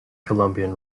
columbian